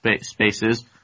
spaces